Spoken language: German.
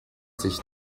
sich